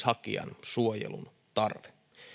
hakijan suojelun tarve